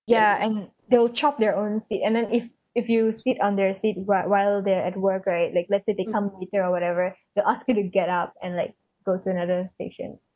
ya and they'll chop their own seat and then if if you sit on their seat while while they're at work right like let's say they come sit there or whatever they'll ask you to get out and like go to another station